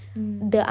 mm